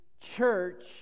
Church